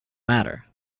matter